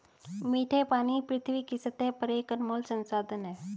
मीठे पानी पृथ्वी की सतह पर एक अनमोल संसाधन है